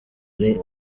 ari